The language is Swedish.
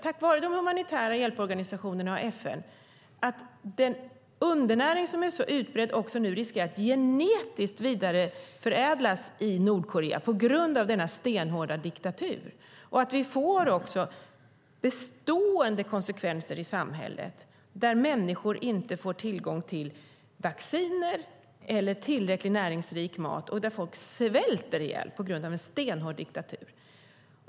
Tack vare de humanitära organisationerna och FN har vi bevis för att den undernäring som är så utbredd nu riskerar att också genetiskt vidareförädlas i Nordkorea på grund av denna stenhårda diktatur. Det får bestående konsekvenser i samhället när människor inte får tillgång till vacciner eller tillräckligt näringsrik mat och där folk svälter ihjäl på grund av denna stenhårda diktatur.